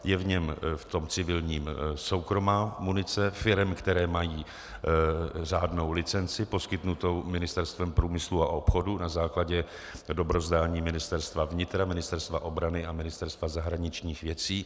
Je v něm, v tom civilním, soukromá munice firem, které mají řádnou licenci poskytnutou Ministerstvem průmyslu a obchodu na základě dobrozdání Ministerstva vnitra, Ministerstva obrany a Ministerstva zahraničních věcí.